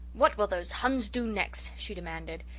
what will those huns do next? she demanded.